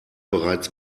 bereits